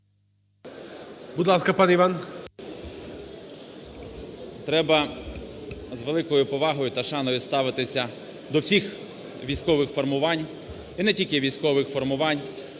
11:16:37 ВІННИК І.Ю. Треба з великою повагою та шаною ставитися до всіх військових формувань і не тільки військових формувань,